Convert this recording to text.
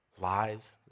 lives